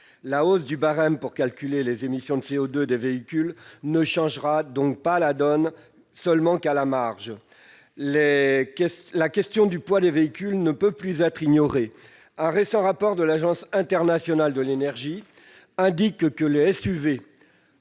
la hausse du barème pour calculer les émissions de CO2 des véhicules ne changera donc la donne qu'à la marge. La question du poids des véhicules ne peut plus être ignorée. Un récent rapport de l'Agence internationale de l'énergie indique que les SUV